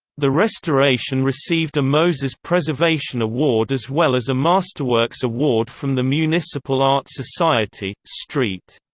the restoration received a moses preservation award as well as a masterworks award from the municipal art society st.